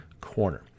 Corner